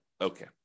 Okay